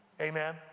Amen